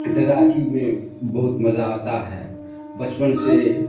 دراکی میں بہت مزہ آتا ہے بچپن سے